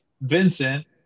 Vincent